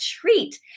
treat